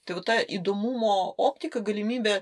tai va ta įdomumo optika galimybė